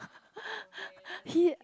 he i think he's a